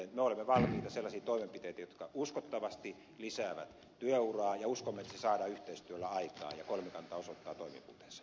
me olemme valmiita sellaisiin toimenpiteisiin jotka uskottavasti lisäävät työuraa ja uskomme että se saadaan yhteistyöllä aikaan ja kolmikanta osoittaa toimivuutensa